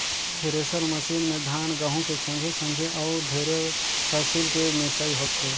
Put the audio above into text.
thresher machine में धान, गहूँ के संघे संघे अउ ढेरे फसिल के मिसई होथे